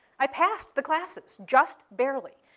i passed the classes, just barely,